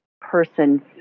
person